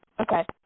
Okay